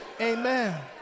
Amen